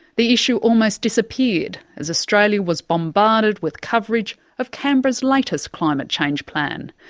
the issue almost disappeared as australia was bombarded with coverage of canberra's latest climate change plan.